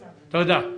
תודה.